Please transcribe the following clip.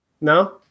No